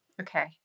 Okay